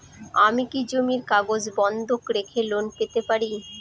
আমি কি জমির কাগজ বন্ধক রেখে লোন পেতে পারি?